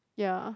ya